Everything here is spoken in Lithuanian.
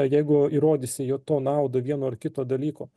jeigu įrodysi jo to naudą vieno ar kito dalyko